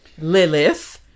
lilith